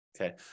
okay